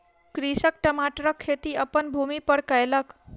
कृषक टमाटरक खेती अपन भूमि पर कयलक